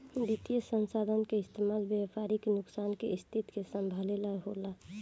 वित्तीय संसाधन के इस्तेमाल व्यापारिक नुकसान के स्थिति के संभाले ला होला